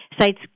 sites